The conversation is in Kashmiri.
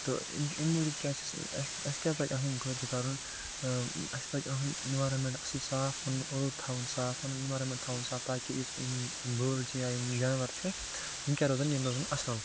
تہٕ أمۍ أمۍ موجوٗب کیٛاہ چھِ اَسہِ کیٛاہ پَزِ اَتھ أمۍ خٲطرٕ کَرُن اۭں اَسہِ پَزِ اِہُنٛد اٮ۪نوارامیٚنٹ اَصٕل صاف پَنُن اونٛد تھاوُن صاف پَنُن اٮ۪نوارامیٚنٹ تھاوُن صاف تاکہ یُس یِم یِم بٲڈ چھِ یا یِم جاناوَار چھِ یِم کیٛاہ روزَن یِم روزَن اَصٕل